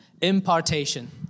Impartation